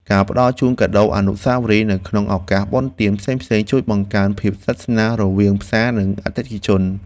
ការផ្ដល់ជូនកាដូអនុស្សាវរីយ៍នៅក្នុងឱកាសបុណ្យទានផ្សេងៗជួយបង្កើនភាពជិតស្និទ្ធរវាងផ្សារនិងអតិថិជន។